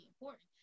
important